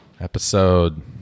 episode